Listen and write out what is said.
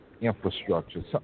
infrastructure